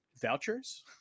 vouchers